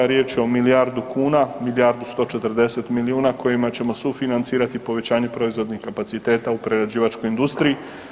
Riječ je o milijardu kuna, milijardu 140 milijuna kojima ćemo sufinancirati povećanje proizvodnih kapaciteta u prerađivačkoj industriji.